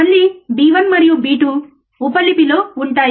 మళ్ళీ b 1 మరియు b2 ఉపలిపిలో ఉంటాయి